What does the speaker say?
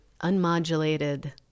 unmodulated